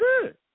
good